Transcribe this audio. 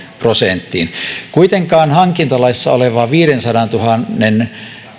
prosenttiin kuitenkaan hankintalaissa olevaa viidensadantuhannen